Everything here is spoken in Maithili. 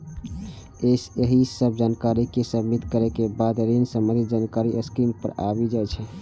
एहि सब जानकारी कें सबमिट करै के बाद ऋण संबंधी जानकारी स्क्रीन पर आबि जाइ छै